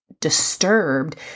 Disturbed